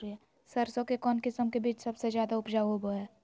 सरसों के कौन किस्म के बीच सबसे ज्यादा उपजाऊ होबो हय?